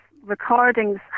recordings